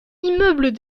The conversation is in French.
immeubles